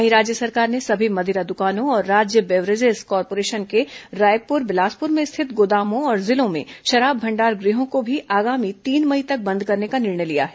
वहीं राज्य सरकार ने सभी मदिरा दुकानें और राज्य वेबरेजेस कॉर्पोरेशन के रायपुर बिलासपुर में स्थित गोदामों और जिलों में शराब भंडार गृहों को भी आगामी तीन मई तक बंद करने का निर्णय लिया है